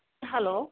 hello